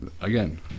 again